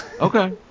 Okay